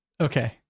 okay